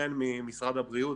וכן ממשרד הבריאות.